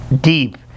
deep